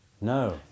No